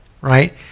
right